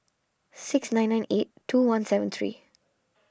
six nine nine eight two one seven three